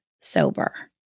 sober